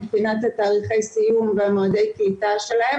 מבחינת תאריכי סיום ומועדי קליטה שלהם,